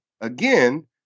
again